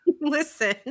listen